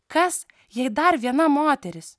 kas jei dar viena moteris